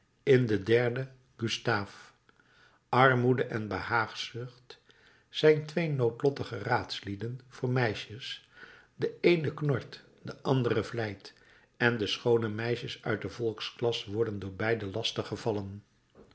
in het derde gustaaf armoede en behaagzucht zijn twee noodlottige raadslieden voor meisjes de eene knort de andere vleit en de schoone meisjes uit de volksklasse worden door beide